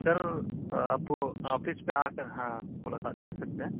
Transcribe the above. سر آپ آفس پہ آ کر ہاں ملاقات کر سکتے ہیں